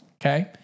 okay